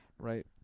Right